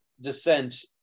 descent